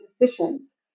decisions